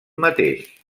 mateix